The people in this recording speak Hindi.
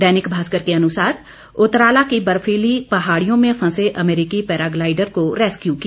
दैनिक भास्कर के अनुसार उतराला की बर्फीली पहाड़ियों में फंसे अमेरिकी पैराग्लाइडर को रेस्कयू किया